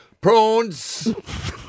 Prawns